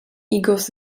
igos